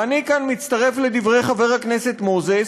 ואני כאן מצטרף לדברי חבר הכנסת מוזס,